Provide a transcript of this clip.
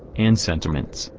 and sentiments,